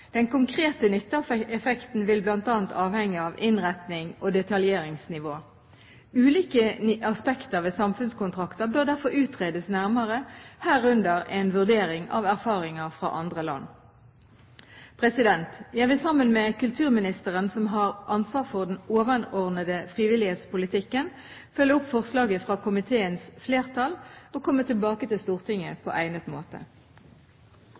Den konkrete nytteeffekten vil bl.a. avhenge av innretning og detaljeringsnivå. Ulike aspekter ved samfunnskontrakter bør derfor utredes nærmere, herunder en vurdering av erfaringer fra andre land. Jeg vil, sammen med kulturministeren, som har ansvaret for den overordnede frivillighetspolitikken, følge opp forslaget fra komiteens flertall og komme tilbake til Stortinget på egnet måte.